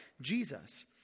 Jesus